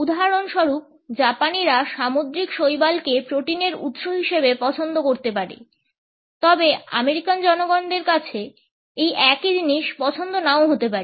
উদাহরণস্বরূপ জাপানিরা সামুদ্রিক শৈবালকে প্রোটিনের উৎস হিসাবে পছন্দ করতে পারে তবে আমেরিকান জনগণের কাছে এই একই জিনিস পছন্দ নাও হতে পারে